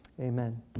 Amen